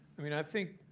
i mean, i think,